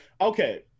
okay